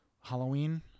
Halloween